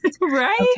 Right